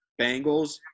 Bengals